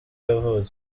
yavutse